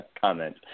comment